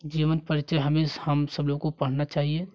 जीवन परिचय हमें हम सब लोगों को पढ़ना चाहिए